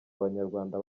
abanyarwanda